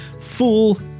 Fool